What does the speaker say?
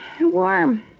Warm